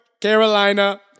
Carolina